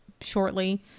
shortly